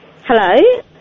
Hello